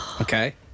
Okay